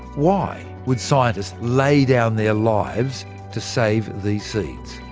why would scientists lay down their lives to save these seeds?